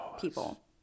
people